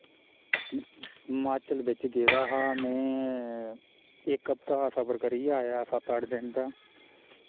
माचल बिच गेदा हा मैं इक हफ्ता दा सफर करियै आया सत्त अट्ठ दिन दा